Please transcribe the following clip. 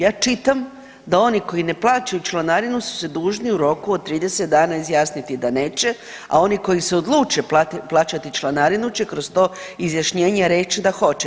Ja čitam da oni koji ne plaćaju članarinu su se dužni u roku od 30 dana izjasniti da neće, a oni koji se odluče plaćati članarinu će kroz to izjašnjenje reći da hoće.